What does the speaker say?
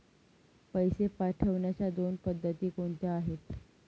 पैसे पाठवण्याच्या दोन पद्धती कोणत्या आहेत?